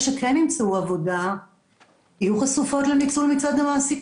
(הישיבה נפסקה בשעה 12:08 ונתחדשה בשעה